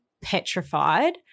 petrified